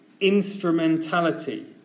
instrumentality